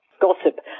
gossip